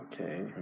Okay